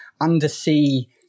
undersea